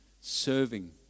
serving